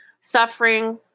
suffering